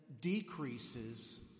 decreases